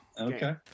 okay